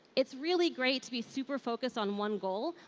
it's really great to be super focused on one goal.